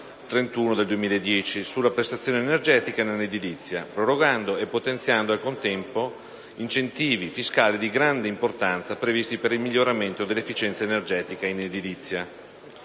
31 del 2010 sulla prestazione energetica nell'edilizia, prorogando e potenziando al contempo incentivi fiscali di grande importanza previsti per il miglioramento dell'efficienza energetica in edilizia.